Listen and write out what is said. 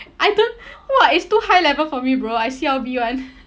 I don't !wah! it's too high level for me bro I C_L_B [one]